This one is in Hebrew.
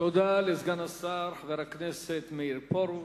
תודה לסגן השר חבר הכנסת מאיר פרוש.